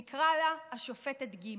נקרא לה השופטת ג'.